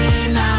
Now